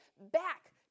back